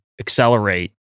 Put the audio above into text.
accelerate